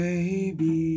Baby